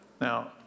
now